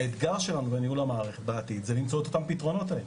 האתגר שלנו בניהול המערכת בעתיד זה למצוא את אותן פתרונות האלה,